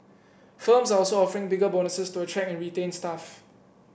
firms are also offering bigger bonuses to attract and retain staff